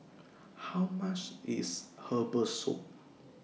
How much IS Herbal Soup